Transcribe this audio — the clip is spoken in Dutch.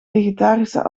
vegetarische